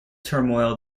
turmoil